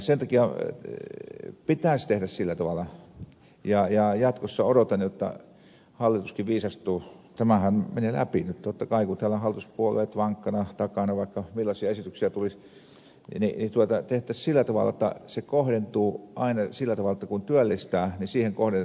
sen takia pitäisi tehdä sillä tavalla ja jatkossa odotan jotta hallituskin viisastuu tämähän menee läpi nyt totta kai kun täällä on hallituspuolueet vankkana takana vaikka millaisia esityksiä tulisi jotta se kohdentuisi aina sillä tavalla että kun työllistää niin siihen kohdennetaan varat